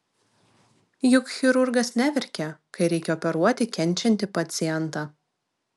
juk chirurgas neverkia kai reikia operuoti kenčiantį pacientą